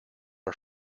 are